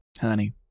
honey